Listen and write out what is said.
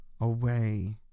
away